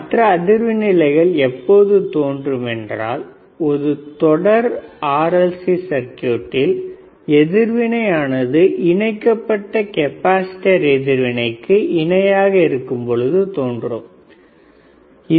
மற்ற அதிர்வு நிலைகள் எப்போது தோன்றும் என்றால் ஒரு தொடர் RLC சர்க்யூட்டில் எதிர்வினை ஆனது இணைக்கப்பட்ட கெப்பாசிட்டர் எதிர்வினைக்கு இணையாக இருக்கும் பொழுது தோன்றும் 2